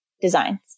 Designs